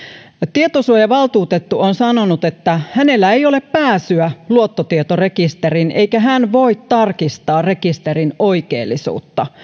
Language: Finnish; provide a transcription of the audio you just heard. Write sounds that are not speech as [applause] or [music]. tietosuojavaltuutettu on sanonut että hänellä ei ole pääsyä luottotietorekisteriin eikä hän voi tarkistaa rekisterin oikeellisuutta [unintelligible]